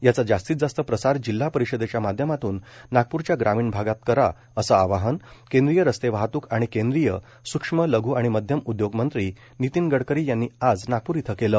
याचा जास्तीत जास्त प्रसार जिल्हा परिषदेच्या माध्यमातून नागपूरच्या ग्रामीण भागात करा असं आवाहन केंद्रीय रस्ते वाहतूक आणि केंद्रीय सुक्ष्म लघु आणि मध्यम उद्योगमंत्री नितीन गडकरी यांनी आज नागपूर इथं केलं